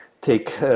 take